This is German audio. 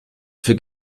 für